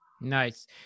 Nice